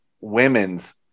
women's